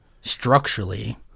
structurally